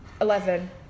eleven